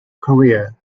career